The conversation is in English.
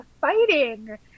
fighting